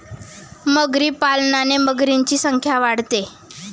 मगरी पालनाने मगरींची संख्या वाढते